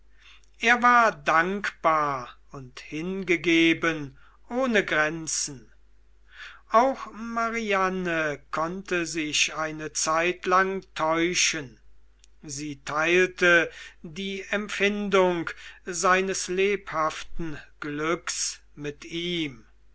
er war dankbar und hingegeben ohne grenzen auch mariane konnte sich eine zeitlang täuschen sie teilte die empfindung seines lebhaften glücks mit ihm